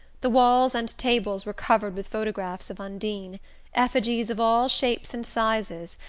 the walls and tables were covered with photographs of undine effigies of all shapes and sizes,